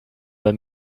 let